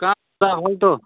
କାଁ ଦାଦା ଭଲ୍ ତ